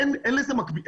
אין לזה מקביל,